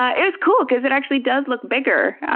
ah it's cool because it actually does look bigger